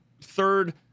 third